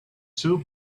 two